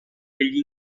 degli